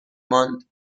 ماند